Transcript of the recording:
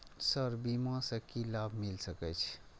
Sir बीमा से की लाभ मिल सके छी?